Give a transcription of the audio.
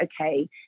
okay